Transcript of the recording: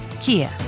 Kia